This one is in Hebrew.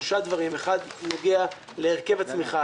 שלושה דברים אחד נוגע להרכב הצריכה.